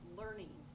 learning